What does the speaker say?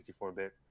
64-bit